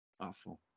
Awful